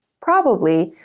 probably,